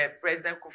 President